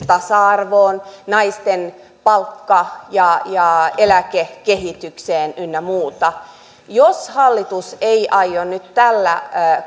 tasa arvoon naisten palkka ja ja eläkekehitykseen ynnä muuta jos hallitus ei aio nyt tällä